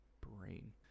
brain